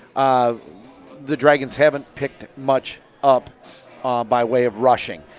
um the dragons haven't picked much up ah by way of rushing.